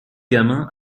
gamin